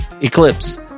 Eclipse